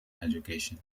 education